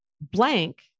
Blank